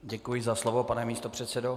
Děkuji za slovo, pane místopředsedo.